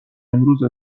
امروز